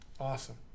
Awesome